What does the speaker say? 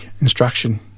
instruction